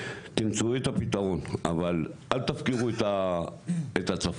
תמצאו את הפתרון אבל אל תפקירו את הצפון.